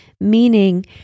Meaning